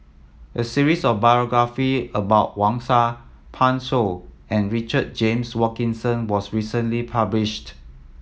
a series of biography about Wang Sha Pan Shou and Richard James Wilkinson was recently published